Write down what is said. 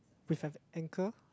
with have anchor